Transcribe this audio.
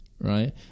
right